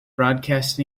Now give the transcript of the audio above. broadcast